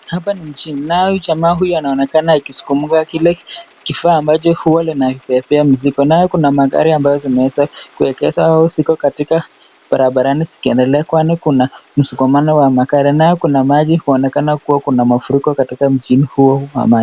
Mjini na kuna jamaa mmoja anaonekana akisukuma kile kifaa ambacho huwa linabeba mzigo, nayo kuna magari ambazo zimeweza kueegezwa au ziko katika barabarani zikiendelea kwani kuna msukumano wa magari na kuna maji kuonekana kua kuna mafuriko katika mji huo.